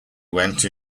went